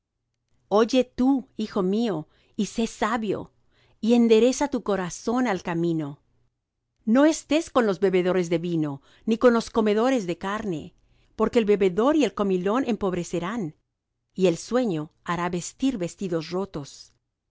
oye tú hijo mío y sé sabio y endereza tu corazón al camino no estés con los bebedores de vino ni con los comedores de carne porque el bebedor y el comilón empobrecerán y el sueño hará vestir vestidos rotos